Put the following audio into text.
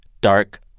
dark